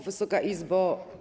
Wysoka Izbo!